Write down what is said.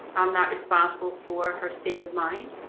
i'm not responsible for her state of mind.